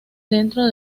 dentro